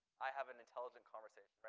i have an intelligent conversation.